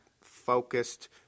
focused